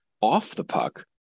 off-the-puck